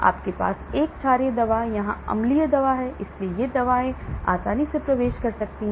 आपके पास एक क्षारीय दवा यहां अम्लीय दवा है इसलिए ये दवाएं आसानी से प्रवेश कर सकती हैं